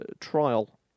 trial